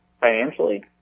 financially